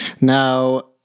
Now